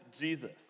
Jesus